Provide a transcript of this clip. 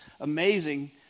amazing